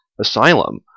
asylum